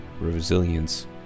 resilience